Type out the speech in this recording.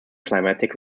climatic